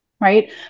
right